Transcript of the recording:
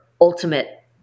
ultimate